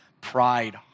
pride